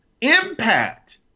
impact